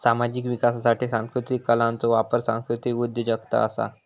सामाजिक विकासासाठी सांस्कृतीक कलांचो वापर सांस्कृतीक उद्योजगता असा